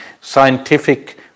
scientific